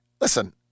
Listen